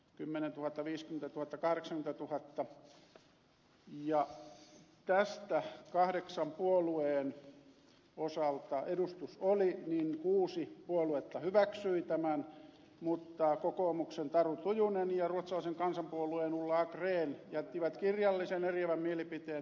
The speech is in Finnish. kun kahdeksan puolueen osalta edustus oli niin kuusi puoluetta hyväksyi tämän mutta kokoomuksen taru tujunen ja ruotsalaisen kansanpuolueen ulla achren jättivät kirjallisen eriävän mielipiteen tästä asiasta